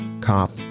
cop